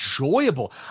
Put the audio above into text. enjoyable